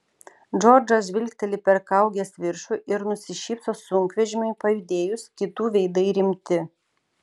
džordžas žvilgteli per kaugės viršų ir nusišypso sunkvežimiui pajudėjus kitų veidai rimti